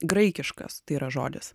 graikiškas tai yra žodis